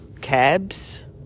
cabs